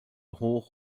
hoch